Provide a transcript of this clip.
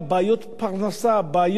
בעיות